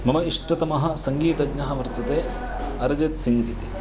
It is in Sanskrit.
मम इष्टतमः सङ्गीतज्ञः वर्तते अरिजित् सिङ्ग् इति